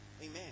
Amen